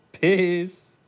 Peace